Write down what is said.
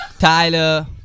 Tyler